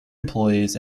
employees